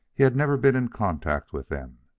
he had never been in contact with them.